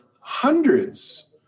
hundreds